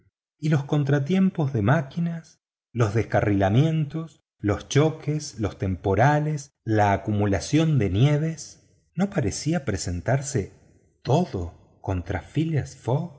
y los contratiempos de máquinas los descarrilamientos los choques los temporales la acumulación de nieves no parecía presentarse todo contra phileas